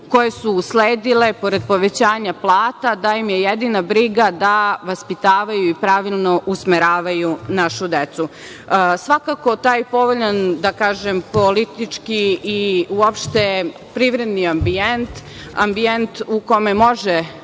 koje su usledile, pored povećanja plata, da im je jedina briga da vaspitavaju i pravilno usmeravaju našu decu. Svakako taj povoljan, da kažem, politički i uopšte privredni ambijent u kome možemo